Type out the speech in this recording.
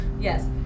Yes